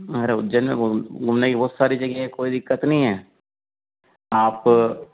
अरे उज्जैन में घूम घूमने की बहुत सारी जगह हैं कोई दिक़्क़त नहीं है आप